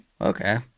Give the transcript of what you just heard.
Okay